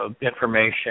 information